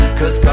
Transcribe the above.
cause